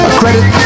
credit